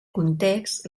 context